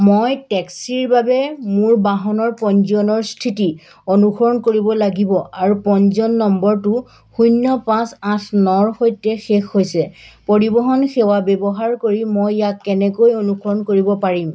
মই টেক্সিৰ বাবে মোৰ বাহনৰ পঞ্জীয়নৰ স্থিতি অনুসৰণ কৰিব লাগিব আৰু পঞ্জীয়ন নম্বৰটো শূন্য় পাঁচ আঠ নৰ সৈতে শেষ হৈছে পৰিৱহণ সেৱা ব্যৱহাৰ কৰি মই ইয়াক কেনেকৈ অনুসৰণ কৰিব পাৰিম